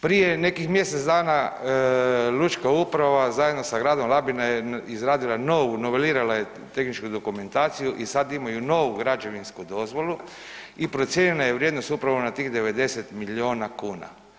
Prije nekih mjesec dana lučka uprava zajedno sa gradom Labinom je izgradila novu, novelirala je tehničku dokumentaciju i sad imaju novi građevinsku dozvolu i procijenjena je vrijednost upravo na tih 90 milijona kuna.